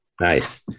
Nice